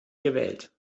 gewählt